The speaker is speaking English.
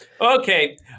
Okay